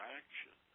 action